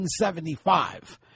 1975